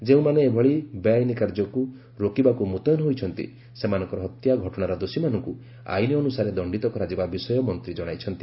ଯେଉଁମାନେ ଏଭଳି ବେଆଇନ କାର୍ଯ୍ୟକୁ ରୋକିବାକୁ ମୁତୟନ ହୋଇଛନ୍ତି ସେମାନଙ୍କର ହତ୍ୟା ଘଟଣାର ଦୋଷୀମାନଙ୍କୁ ଆଇନ ଅନୁସାରେ ଦଣ୍ଡିତ କରାଯିବା ବିଷୟ ମନ୍ତ୍ରୀ ଜଣାଇଛନ୍ତି